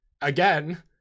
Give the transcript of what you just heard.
again